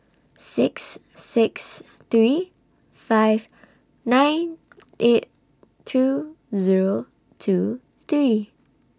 six six three five nine eight two Zero two three